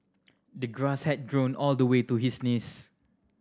the grass had grown all the way to his knees